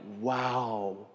wow